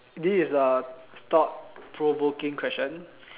this is a thought provoking question